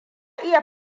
iya